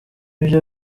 byo